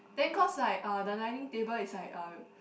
then cause like uh the dining table is like uh